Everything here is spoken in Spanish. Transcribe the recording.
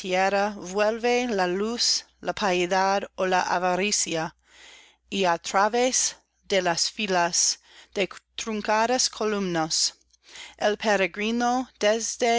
vuelve á luz la piedad ó la avaricia y á través de las filas de truncadas columnas el peregrino